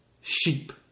sheep